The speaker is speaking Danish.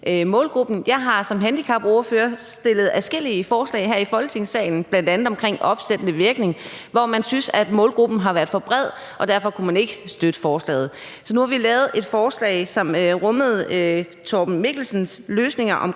Jeg har som handicapordfører fremsat adskillige forslag her i Folketingssalen, bl.a. omkring opsættende virkning, hvor man syntes, at målgruppen var for bred og derfor ikke kunne støtte forslaget. Så nu har vi lavet et forslag, som rummede Torben Mikkelsens løsninger